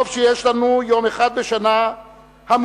טוב שיש לנו יום אחד בשנה המוקדש